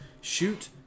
shoot